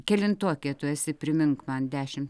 kelintokė tu esi primink man dešimt